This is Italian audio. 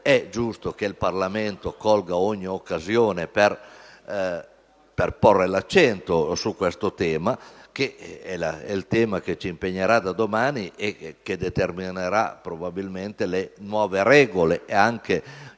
È giusto che il Parlamento colga ogni occasione per porre l'accento su questo tema che ci impegnerà da domani: si determineranno probabilmente le nuove regole e anche